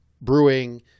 brewing